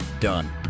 done